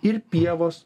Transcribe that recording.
ir pievos